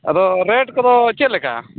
ᱟᱫᱚ ᱨᱮᱹᱴ ᱠᱚᱫᱚ ᱪᱮᱫᱞᱮᱠᱟ